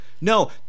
No